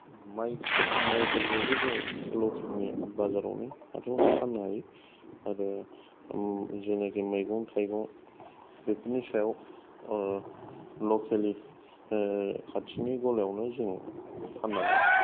माइ माइफोरखौबो जों लखेलनि बाजारावनो हाथायावनो फाननो हायो आरो जेनोखि मैगं थाइगं बेफोरनि सायाव लकेलि खाथिनि गलायावनो जों फाननानै